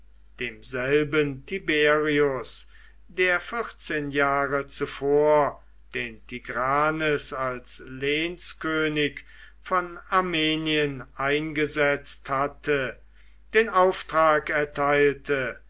demselben tiberius der vierzehn jahre zuvor den tigranes als lehnskönig von armenien eingesetzt hatte den auftrag erteilte